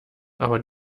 aber